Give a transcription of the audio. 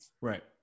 Right